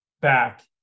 back